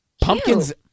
Pumpkin's